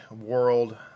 world